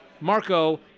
Marco